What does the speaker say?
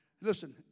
Listen